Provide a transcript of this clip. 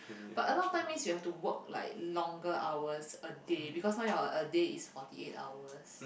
but a lot of time means you have to work like longer hours a day because now your a day is forty eight hours